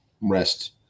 rest